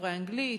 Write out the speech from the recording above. דוברי אנגלית,